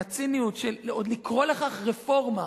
הציניות של עוד לקרוא לכך "רפורמה".